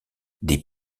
des